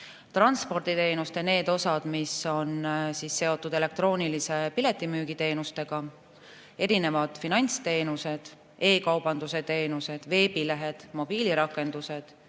Transporditeenustest need, mis on seotud elektroonilise piletimüügiga, erinevad finantsteenused, e-kaubanduse teenused, veebilehed, mobiilirakendused,